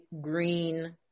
green